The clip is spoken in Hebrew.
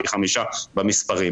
פי חמישה במספרים.